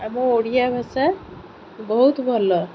ଆମ ଓଡ଼ିଆ ଭାଷା ବହୁତ ଭଲ